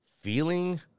feeling